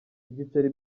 igiceri